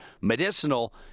medicinal